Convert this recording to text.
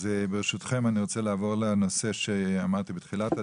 אז ברשותכם אני רוצה לעבור לנושא שאמרתי בתחילת הדיון.